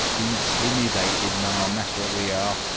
intimidated, ma'am that's what we are.